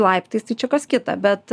laiptais tai čia kas kita bet